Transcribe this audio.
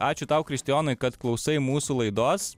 ačiū tau kristijonai kad klausai mūsų laidos